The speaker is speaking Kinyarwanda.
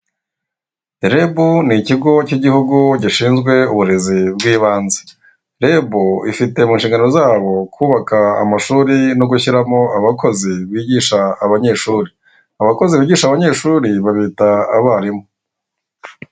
Rebu ni ikigo k'iguhugu gishizwe uburezi bw'ibanze. Rebu ifite munshingano zabo kubaka amashuri no gushyiramo abakozi bizigasha abanyeshuri, abakozi bigisha abanyeshuri babita abarimu.